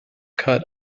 cut